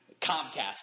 Comcast